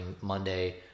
Monday